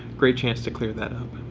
great chance to clear that up.